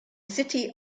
city